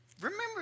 Remember